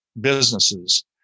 businesses